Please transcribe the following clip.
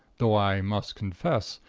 though i must confess,